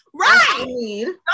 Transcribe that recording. Right